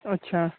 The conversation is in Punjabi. ਅੱਛਾ